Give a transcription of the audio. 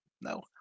no